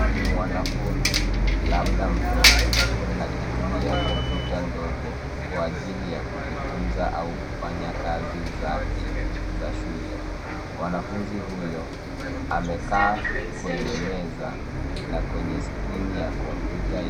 Ni mwanafunzi mdogo labda mtoto akitumia kompyuta ndogo kwa ajili ya kujifunza au kufanya kazi zake za shule. Mwanafunzi huyo amekaa kwenye meza na kwenye skrini ya kompyuta